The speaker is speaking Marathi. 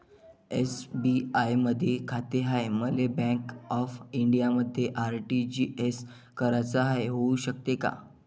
एस.बी.आय मधी खाते हाय, मले बँक ऑफ इंडियामध्ये आर.टी.जी.एस कराच हाय, होऊ शकते का?